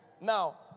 Now